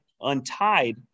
untied